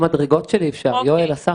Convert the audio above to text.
במדרגות שלי אפשר, יואל עשה.